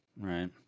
right